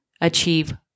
achieve